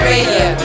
Radio